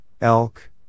elk